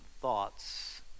thoughts